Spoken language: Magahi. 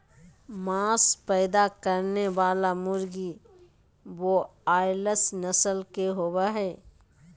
मांस पैदा करने वाली मुर्गी ब्रोआयालर्स नस्ल के होबे हइ